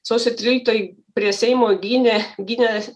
sausio tryliktoj prie seimo gynė gynė